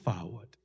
forward